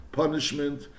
punishment